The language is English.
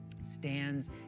Stands